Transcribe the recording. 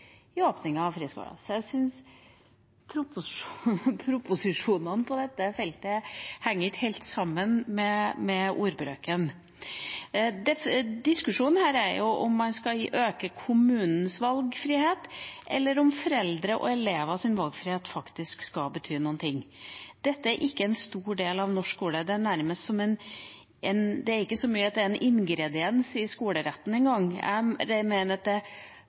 på dette feltet henger ikke helt sammen med ordbruken. Diskusjonen her er om man skal øke kommunens valgfrihet, eller om foreldre og elevers valgfrihet faktisk skal bety noe. Dette er ikke en stor del av norsk skole. Det er ikke engang så mye at det er en ingrediens i skoleretten. Jeg mener at det bare er et krydder som bidrar, men det er klart at for noen smaker det krydderet – som er alternativet til det